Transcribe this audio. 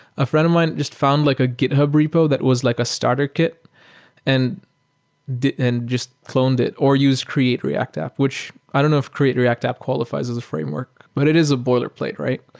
a friend of mine just found like a github repo that was like a starter kit and and just cloned it or use create react app, which i don't know if create react app qualifi es as a framework, but it is a boilerplate, right?